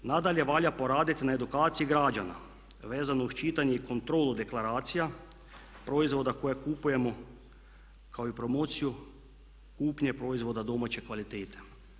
Nadalje, valja poraditi na edukaciji građana vezano uz čitanje i kontrolu deklaracija proizvoda koje kupujemo kao i promociju kupnje proizvoda domaće kvalitete.